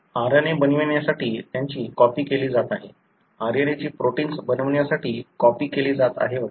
RNA बनवण्यासाठी त्यांची copy केली जात आहे RNA ची प्रोटिन्स बनवण्यासाठी कॉपी केली जात आहे वगैरे